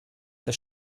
der